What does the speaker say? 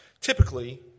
Typically